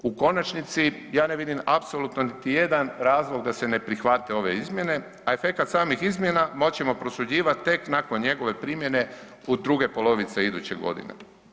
U konačnici, ja ne vidim apsolutno niti jedan razlog da se ne prihvate ove izmjene, a efekat samih izmjena moći ćemo prosuđivat tek nakon njegove primjene u druge polovice iduće godine.